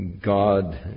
God